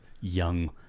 young